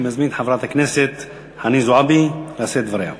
אני מזמין את חברת הכנסת חנין זועבי לשאת את דבריה.